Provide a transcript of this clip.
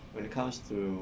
when it comes to